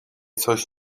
coś